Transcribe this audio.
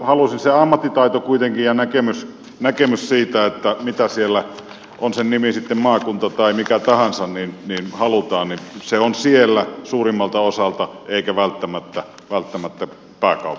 kuitenkin se ammattitaito ja näkemys siitä mitä siellä on sen nimi sitten maakunta tai mikä tahansa halutaan on siellä suurimmalta osalta eikä välttämättä pääkaupungissa